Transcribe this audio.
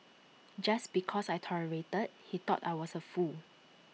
just because I tolerated he thought I was A fool